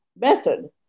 method